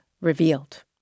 Revealed